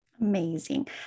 Amazing